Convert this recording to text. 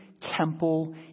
temple